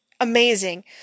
Amazing